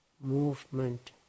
movement